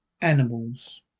Animals